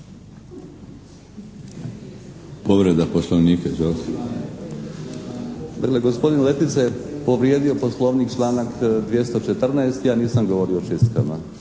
se ne razumije./ … gospodin Letica je povrijedio Poslovnik, članak 214., ja nisam govorio o čistkama.